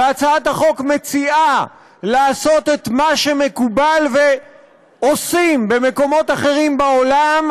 ובהצעת החוק מוצע לעשות את מה שמקובל ועושים במקומות אחרים בעולם,